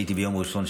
הייתי ביום ראשון,